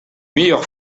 meilleur